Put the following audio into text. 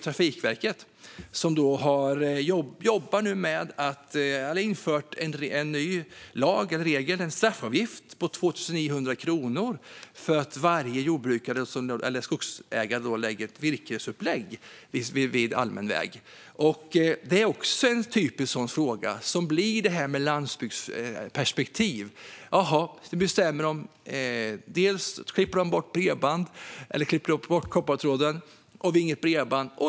Trafikverket har infört en straffavgift på 2 900 kronor för skogsägare som lägger ett virkesupplag vid allmän väg. Det är också en typisk sådan fråga som har ett landsbygdsperspektiv. De tänker: Jaha, de bestämmer detta. De klipper koppartråden, och vi har inget bredband.